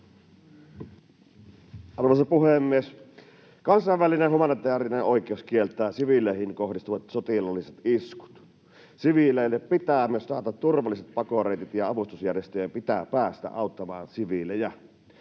Arvoisa puhemies! Kansainvälinen humanitäärinen oikeus kieltää siviileihin kohdistuvat sotilaalliset iskut. Siviileille pitää myös taata turvalliset pakoreitit, ja avustusjärjestöjen pitää päästä auttamaan siviilejä.